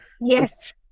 Yes